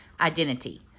identity